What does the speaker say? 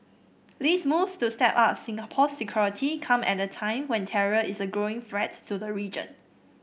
these moves to step up Singapore's security come at a time when terror is a growing threat to the region